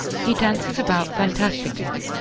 he dances about fantastically.